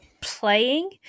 playing